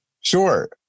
Sure